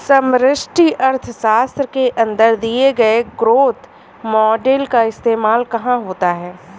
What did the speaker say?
समष्टि अर्थशास्त्र के अंदर दिए गए ग्रोथ मॉडेल का इस्तेमाल कहाँ होता है?